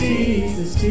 Jesus